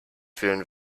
fühlen